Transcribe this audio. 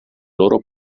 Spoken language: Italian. loro